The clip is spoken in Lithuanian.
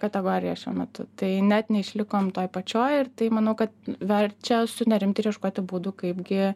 kategoriją šiuo metu tai net neišlikom toj pačioj ir tai manau kad verčia sunerimti ir ieškoti būdų kaip gi